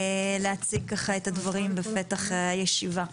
להציג את הדברים בפתח הישיבה.